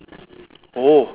oh